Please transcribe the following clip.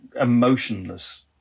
emotionless